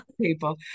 people